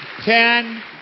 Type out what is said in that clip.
Ten